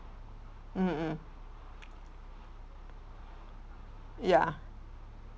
mm ya